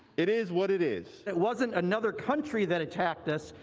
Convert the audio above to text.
it is what it is. it wasn't another country that attacked us,